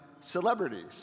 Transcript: celebrities